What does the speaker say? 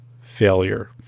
failure